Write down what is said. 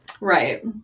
Right